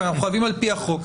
כי אנחנו חייבים על פי החוק.